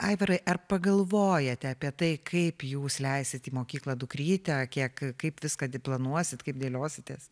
aivarai ar pagalvojate apie tai kaip jūs leisite į mokyklą dukrytę kiek kaip viską planuosite kaip dėliositės